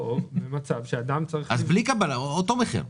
אז בלי הנחה, באותו מחיר.